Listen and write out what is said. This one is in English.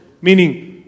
meaning